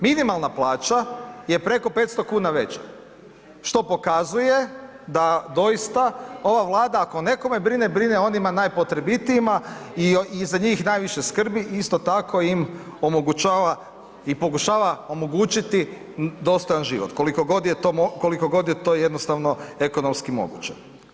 Minimalna plaća je preko 500,00 kn veća, što pokazuje da doista ova Vlada ako o nekome brine, brine o onima najpotrebitijima i za njih najviše skrbi, isto tako im omogućava i pokušava omogućiti dostojan život koliko god je to jednostavno ekonomski moguće.